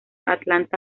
atlanta